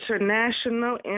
international